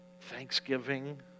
thanksgiving